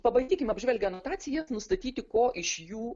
pabandykim apžvelgę anotacijojas nustatyti ko iš jų